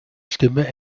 stimme